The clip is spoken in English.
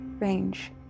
range